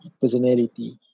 personality